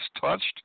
touched